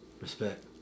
Respect